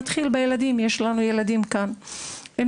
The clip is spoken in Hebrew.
נקודה ראשונה: אתחיל בילדים, יש לנו כאן ילדים.